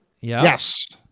Yes